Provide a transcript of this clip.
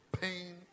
pain